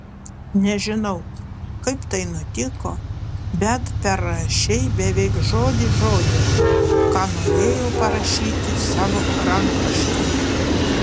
nežinau kaip tai nutiko bet perrašei beveik žodis žodin ką norėjau parašyti savo rankraštyje